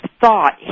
thought